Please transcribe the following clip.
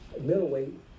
middleweight